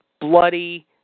bloody